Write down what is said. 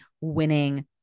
winning